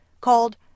called